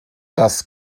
das